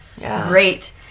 great